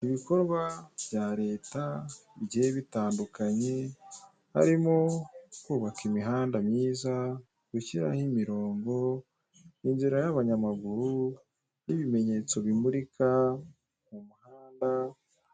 Ibikorwa bya leta bigiye bitandukanye harimo kubaka imihanda myiza, gushyiraho imirongo, inzira y'abanyamaguru, n'ibimenyetso bimurika mu muhanda.